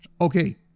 Okay